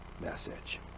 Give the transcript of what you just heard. message